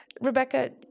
Rebecca